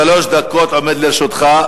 שלוש דקות עומדות לרשותך.